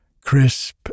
crisp